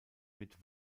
mit